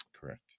correct